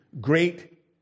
great